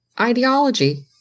ideology